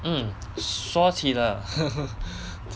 mm 说起了